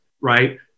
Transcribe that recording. right